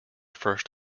first